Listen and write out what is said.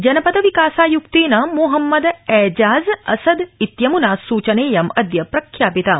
जनपद विकासायुक्तेन मोहम्मद ऐजाज़ असद इत्यमूना सूचनेयं अद्य प्रख्यापिता